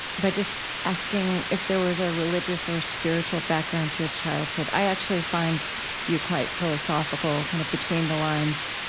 by just asking if there was a religious or spiritual background to your childhood. i actually find you quite philosophical, kind of between the lines,